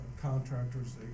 contractors